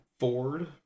Ford